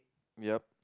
yup